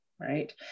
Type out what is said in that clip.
right